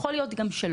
ויכול להיות שלא.